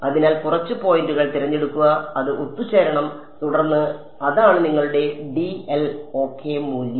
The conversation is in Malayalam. അതിനാൽ കുറച്ച് പോയിന്റുകൾ തിരഞ്ഞെടുക്കുക അത് ഒത്തുചേരണം തുടർന്ന് അതാണ് നിങ്ങളുടെ ഡിഎൽ ഓകെ മൂല്യം